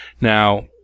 Now